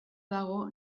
dago